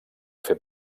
fer